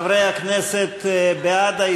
יוסף ג'בארין,